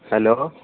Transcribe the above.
hello